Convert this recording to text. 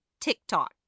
TikTok